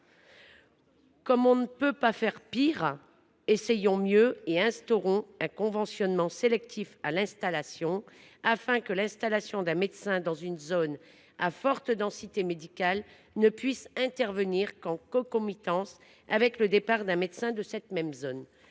Comme nous ne pouvons pas faire pire, essayons mieux. Instaurons un conventionnement sélectif à l’installation, afin que l’installation d’un médecin dans une zone à forte densité médicale ne puisse intervenir qu’en concomitance avec le départ d’un médecin de cette même zone.